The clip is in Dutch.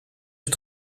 het